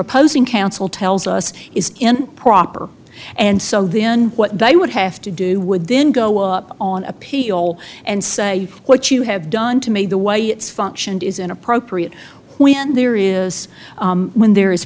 opposing counsel tells us is in proper and so then what they would have to do would then go up on appeal and say what you have done to me the way it's functioned is inappropriate when there is when there is